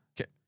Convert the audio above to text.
Okay